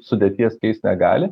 sudėties keist negali